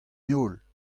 heol